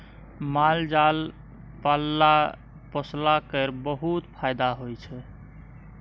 माल जाल पालला पोसला केर बहुत फाएदा होइ छै